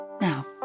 Now